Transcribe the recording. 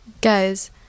Guys